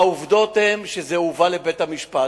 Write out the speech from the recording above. העובדות הן שזה הובא לבית-המשפט.